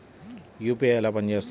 UPI ఎలా పనిచేస్తుంది?